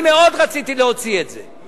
אני מאוד רציתי להוציא את זה,